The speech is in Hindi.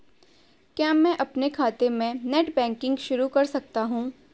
क्या मैं अपने खाते में नेट बैंकिंग शुरू कर सकता हूँ?